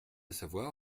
savoir